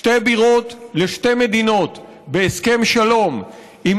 שתי בירות לשתי מדינות בהסכם שלום עם